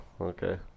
Okay